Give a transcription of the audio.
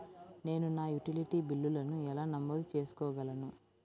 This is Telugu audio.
నేను నా యుటిలిటీ బిల్లులను ఎలా నమోదు చేసుకోగలను?